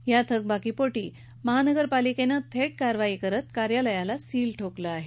या थकबाकीपोटी महापालिकेने थेट कारवाई करत या कार्यालयाला सील ठोकले आहे